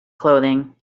clothing